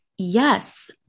Yes